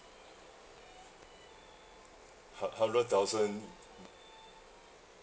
hu~ hundred thousand